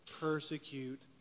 persecute